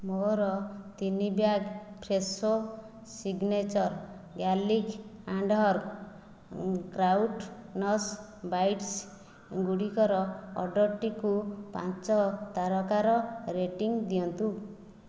ମୋର ତିନି bag Fresho signature garlic and herb croutons bites ଗୁଡ଼ିକର ଅର୍ଡ଼ର୍ଟିକୁ ପାଞ୍ଚ ତାରକାର ରେଟିଂ ଦିଅନ୍ତୁ